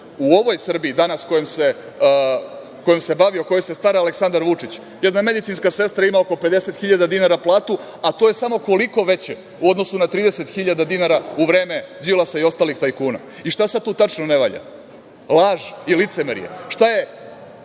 u ovoj Srbiji danas o kojoj se stara Aleksandar Vučić jedna medicinska sestra ima oko 50.000 dinara platu, a to je samo koliko veće u odnosu na 30.000 dinara u vreme Đilasa i ostalih tajkuna. Šta sad tu tačno ne valja? Laž i licemerje. Šta je,